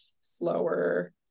slower